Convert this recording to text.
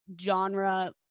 genre